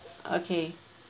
okay